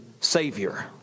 Savior